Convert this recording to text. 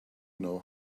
know